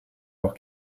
auch